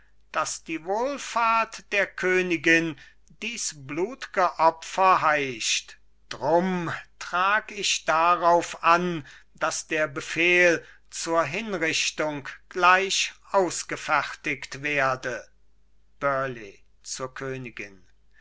daß die wohlfahrt der königin dies blut'ge opfer heischt drum trag ich darauf an daß der befehl zur hinrichtung gleich ausgefertigt werde burleigh zur königin